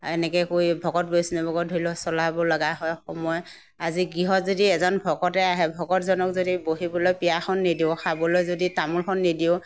এনেকে কৰি ধৰি লওক ভকত বৈষ্ণৱকো ধৰক চলাব লগা হয় সময়ত আজি গৃহত যদি এজন ভকতে আহে ভকতজনক যদি বহিবলৈ যদি পীৰাখন নিদিওঁ খাবলৈ যদি তামোলখন নিদিওঁ